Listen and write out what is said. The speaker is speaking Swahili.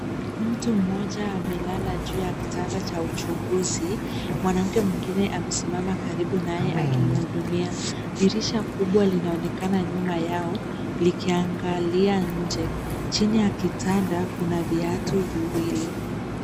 Mtu mmoja maelala juu ya kitanda cha uchunguzi, mwanamke mwingine amesimama karibu naye akimhudumia. Dirisha kubwa linaonekana nyuma yao, likiangalia nje, chini ya kitanda, kuna viatu viwili.